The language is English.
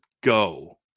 go